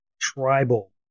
tribal